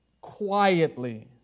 quietly